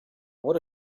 what